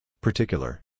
Particular